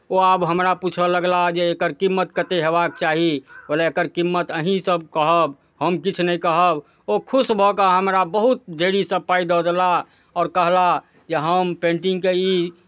ओ आब हमरा पूछय लगला जे एकर कीमत कतेक हेबाक चाही कहलियै एकर कीमत अहीँसभ कहब हम किछु नहि कहब ओ खुश भऽ कऽ हमरा बहुत ढेरी सभ पाइ दऽ देलाह आओर कहलाह जे हम पेन्टिंगके ई